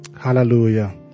Hallelujah